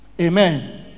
Amen